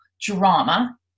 drama